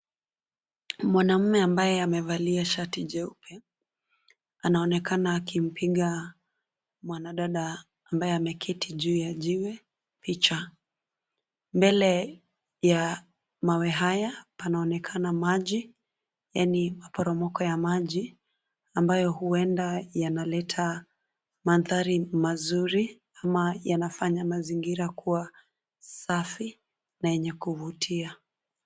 Mwanaume ambaye amevalia shati jeupe anaonekana akimpiga mwanadada ambaye ameketi juu ya jiwe picha. Mbele ya mawe haya panaonekana maji yaani maporomoko ya maji ambayo huenda yanaleta mandhari mazuri ama yanafanya mazingira kuwa safi na yenye kuvutia.